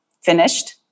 finished